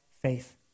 faith